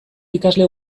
ikasle